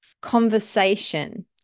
conversation